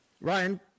Ryan